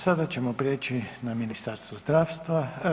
Sada ćemo preći na Ministarstvo zdravstva.